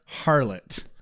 Harlot